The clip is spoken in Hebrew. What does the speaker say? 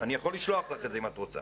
אני יכול לשלוח לך את זה אם את רוצה.